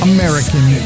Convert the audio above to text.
American